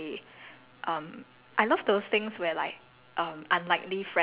it's it's either that or okay so in avatar right I would either be a